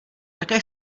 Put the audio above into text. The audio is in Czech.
také